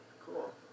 cool